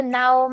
now